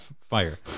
fire